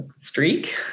streak